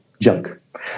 junk